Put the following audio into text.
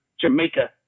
Jamaica